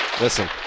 Listen